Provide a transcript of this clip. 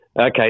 Okay